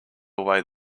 away